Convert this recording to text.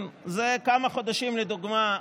אלה כמה חודשים לדוגמה,